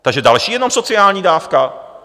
Takže další jenom sociální dávka?